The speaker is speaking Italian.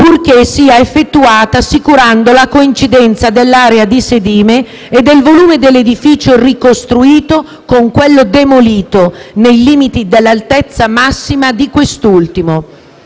purché sia effettuata assicurando la coincidenza dell'area di sedime e del volume dell'edificio ricostruito con quello demolito nei limiti dell'altezza massima di quest'ultimo.